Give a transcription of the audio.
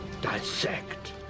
dissect